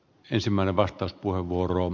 arvoisa puhemies